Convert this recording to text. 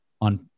on